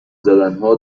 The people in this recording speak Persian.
زدنها